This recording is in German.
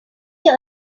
ihr